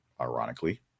ironically